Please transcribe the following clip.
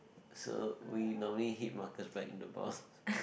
so we normally hit Marcus back in the balls